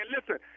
Listen